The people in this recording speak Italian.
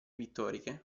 pittoriche